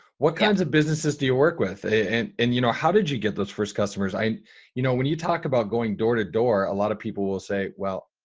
what kinds of businesses do you work with and and you know, how did you get those first customers? i mean you know, when you talk about going door to door, a lot of people will say, well,